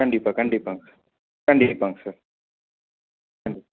கண்டிப்பாக கண்டிப்பாங்க சார் கண்டிப்பாங்க சார் கண்டி